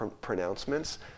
pronouncements